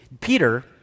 Peter